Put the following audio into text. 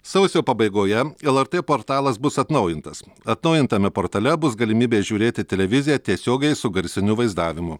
sausio pabaigoje lrt portalas bus atnaujintas atnaujintame portale bus galimybė žiūrėti televiziją tiesiogiai su garsiniu vaizdavimu